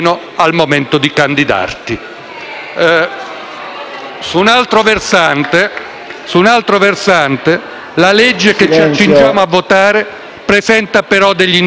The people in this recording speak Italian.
Su un altro versante, la legge che ci accingiamo a votare presenta però degli indubbi vantaggi. Innanzitutto incoraggia le coalizioni,